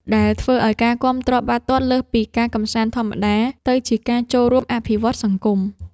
ដែលធ្វើឲ្យការគាំទ្របាល់ទាត់លើសពីការកម្សាន្តធម្មតា ទៅជាការចូលរួមអភិវឌ្ឍសង្គម។